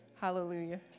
hallelujah